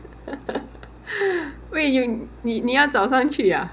wait 你你要早上去呀